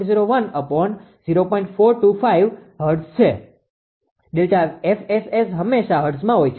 ΔFSS હમેશા હર્ટ્ઝમાં હોય છે